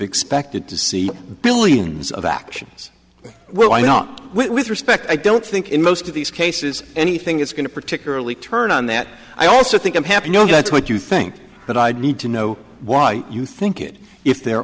expected to see billions of actions why not with respect i don't think in most of these cases anything is going to particularly turn on that i also think i'm happy you know that's what you think but i'd need to know why you think it if there